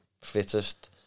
fittest